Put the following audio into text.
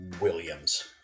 williams